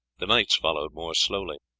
the knights followed more slowly.